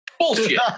Bullshit